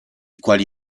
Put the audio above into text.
quali